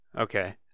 Okay